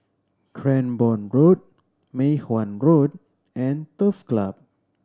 Cranborne Road Mei Hwan Road and Turf Club